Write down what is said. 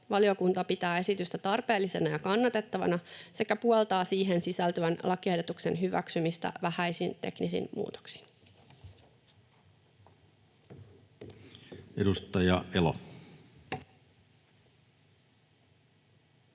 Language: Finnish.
valiokunta pitää esitystä tarpeellisena ja kannatettavana sekä puoltaa siihen sisältyvän lakiehdotuksen hyväksymistä vähäisin teknisin muutoksin. Edustaja Elo.